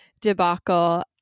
debacle